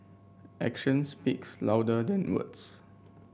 action speaks louder than words